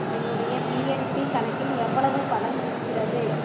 என்னுடைய பிஎன்பி கணக்கில் எவ்வளவு பணம் இருக்கிறது